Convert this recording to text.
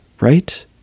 right